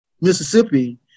Mississippi